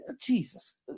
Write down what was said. Jesus